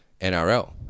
NRL